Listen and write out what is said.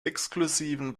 exklusiven